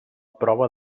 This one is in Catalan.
prova